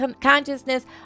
consciousness